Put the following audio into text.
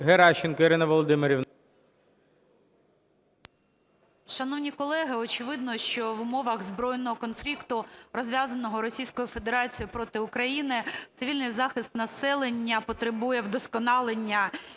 Геращенко Ірина Володимирівна.